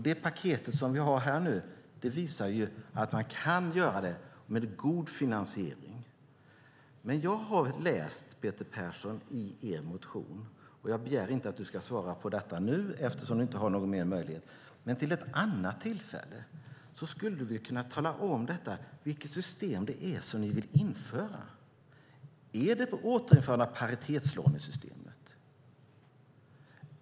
Det paket som vi nu har visar att man kan bygga med god finansiering. Jag har läst er motion, Peter Persson. Jag begär inte att du ska svara nu eftersom du inte har möjlighet till ytterligare inlägg, men vid ett annat tillfälle skulle du väl kunna tala om vilket system det är ni vill införa. Är det återinförande av paritetslånesystemet?